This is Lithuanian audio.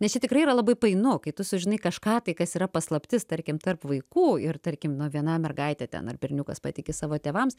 nes čia tikrai yra labai painu kai tu sužinai kažką tai kas yra paslaptis tarkim tarp vaikų ir tarkim nu viena mergaitė ten ar berniukas patiki savo tėvams